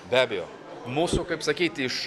be abejo mūsų kaip sakyti iš